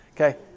Okay